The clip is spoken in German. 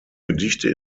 gedichte